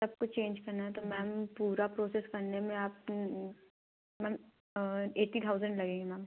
सब कुछ चेंज करना है तो मैम पूरा प्रोसेस करने में आप मैम एट्टी थाउज़ेन्ड लगेंगे मैम